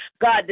God